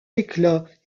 éclat